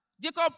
Jacob